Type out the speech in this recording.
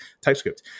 TypeScript